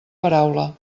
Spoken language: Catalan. paraula